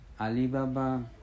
Alibaba